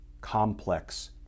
complex